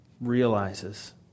realizes